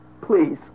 Please